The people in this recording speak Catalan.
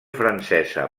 francesa